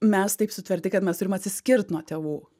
mes taip sutverti kad mes turim atsiskirt nuo tėvų